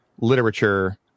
literature